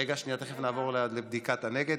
רגע, שנייה, תכף נעבור לבדיקת הנגד.